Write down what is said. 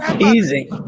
easy